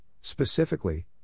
specifically